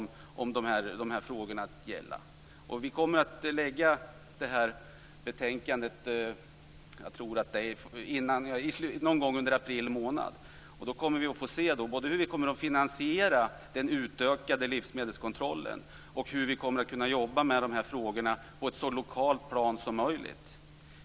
Vi kommer att lägga fram betänkandet någon gång under april. Då kommer vi att se hur vi skall finansiera den utökade livsmedelskontrollen och hur vi skall jobba med dessa frågor på lokala plan.